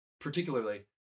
particularly